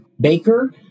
baker